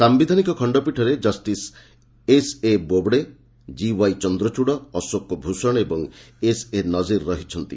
ସାୟିଧାନିକ ଖଣ୍ଡପୀଠରେ justice S A Bobde D Y Chandrachud Ashok Bhushan ଓ ଏସ୍ଏ ନକିର୍ ରହିଛନ୍ତି